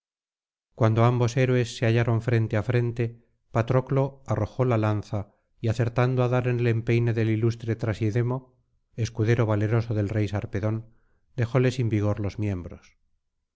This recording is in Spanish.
cuando ambos héroes se hallaron frente á frente patroclo arrojó la lanza y acertando á dar en el empeine del ilustre trasidemo escudero valeroso del rey sarpedón dejóle sin vigor los miembros